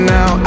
Now